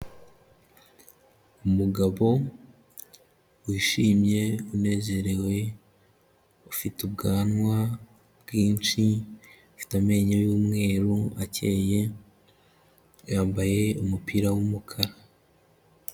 Umugabo wishimye, unezerewe, ufite ubwanwa bwinshi, afite amenyo y'umweru akeye, yambaye umupira w'umukara.